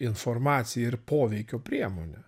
informacija ir poveikio priemonė